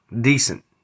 decent